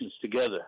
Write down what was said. together